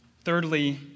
Thirdly